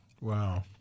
Wow